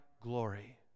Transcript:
glory